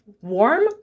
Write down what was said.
warm